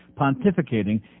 pontificating